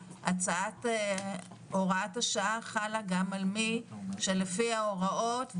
הצעת הוראת השעה חלה גם על מי שלפי ההוראות,